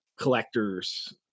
collectors